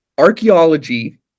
Archaeology